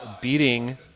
beating